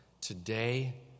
today